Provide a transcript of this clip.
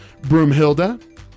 Broomhilda